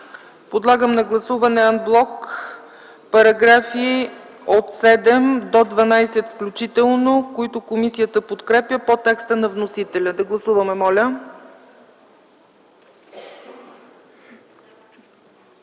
Подлагам на гласуване ан блок параграфи от 7 до 12 включително, които комисията подкрепя по текста на вносителя. Гласували